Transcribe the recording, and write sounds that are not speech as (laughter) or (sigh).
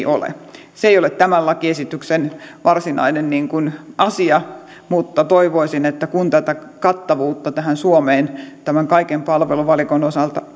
(unintelligible) ole se ei ole tämän lakiesityksen varsinainen asia mutta toivoisin että kun tätä kattavuutta suomeen tämän kaiken palveluvalikon osalta (unintelligible)